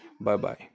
Bye-bye